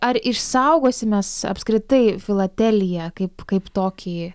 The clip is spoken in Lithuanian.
ar išsaugosim mes apskritai filateliją kaip kaip tokį